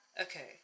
Okay